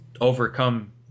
overcome